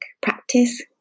practice